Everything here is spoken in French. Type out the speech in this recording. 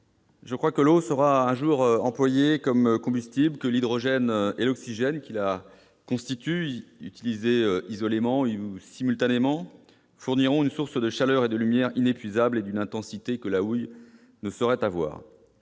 je crois que l'eau sera un jour employée comme combustible, que l'hydrogène et l'oxygène qui la constituent, utilisés isolément ou simultanément, fourniront une source de chaleur et de lumière inépuisables. » À nous de saisir